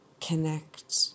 connect